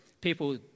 people